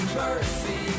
mercy